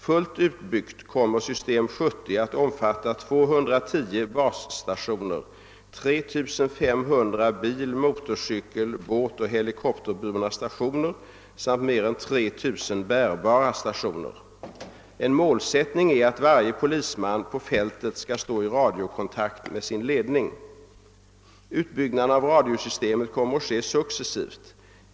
Fullt utbyggt kommer system 70 att omfatta 210 basstationer, 3 300 bil-, motorcykel-, båtoch helikopterburna stationer samt mer än 3 000 bärbara stationer. En målsättning är att varje polisman på fältet skall stå i radiokontakt med sin ledning. Utbyggnaden av radiosystemet kommer att ske successivt.